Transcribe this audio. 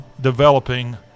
developing